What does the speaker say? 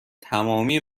تمامی